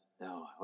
No